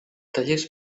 tallers